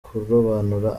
kurobanura